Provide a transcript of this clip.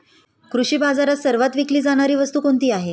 कृषी बाजारात सर्वात विकली जाणारी वस्तू कोणती आहे?